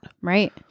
right